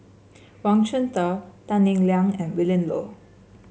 Wang Chunde Tan Eng Liang and Willin Low